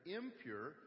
impure